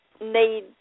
need